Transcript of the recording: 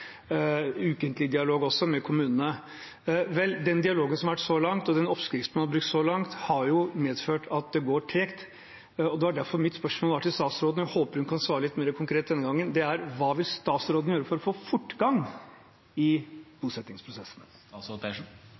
med kommunene. Vel, den dialogen som har vært så langt, og den oppskriften man har brukt så langt, har jo medført at det går tregt. Det var derfor mitt spørsmål var til statsråden, og jeg håper hun kan svare litt mer konkret denne gangen. Hva vil statsråden gjøre for å få fortgang i bosettingsprosessene?